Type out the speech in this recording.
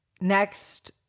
next